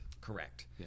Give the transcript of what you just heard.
Correct